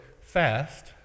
fast